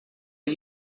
are